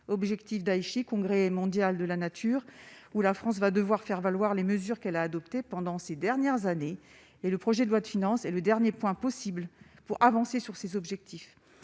objectif d'Aïchi congrès mondial de la nature ou la France va devoir faire valoir les mesures qu'elle a adoptée pendant ces dernières années et le projet de loi de finances et le dernier point possible pour avancer sur ces objectifs,